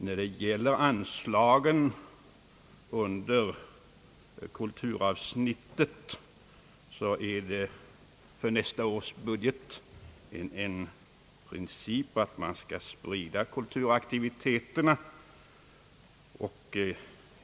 När det gäller anslagen under kulturavsnittet för kommande budgetår har det varit en strävan att söka sprida kulturaktiviteterna.